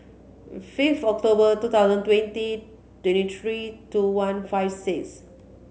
fifth October two thousand twenty twenty three two one five six